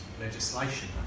legislation